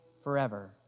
forever